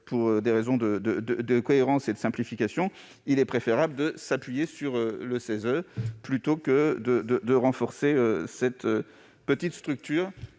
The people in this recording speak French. Pour des raisons de cohérence et de simplification, il est donc préférable de s'appuyer sur le CESE plutôt que de renforcer cette petite structure